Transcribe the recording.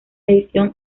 edición